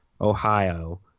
Ohio